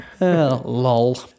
lol